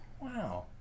Wow